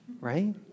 Right